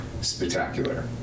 spectacular